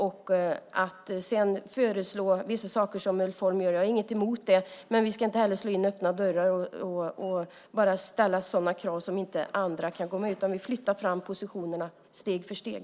Jag har inget emot att man föreslår vissa saker, som Ulf Holm gör. Men vi ska inte slå in öppna dörrar och bara ställa sådana krav som andra inte kan gå med på, utan vi flyttar fram positionerna steg för steg.